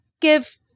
give